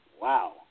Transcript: wow